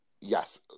Yes